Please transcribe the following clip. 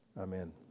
Amen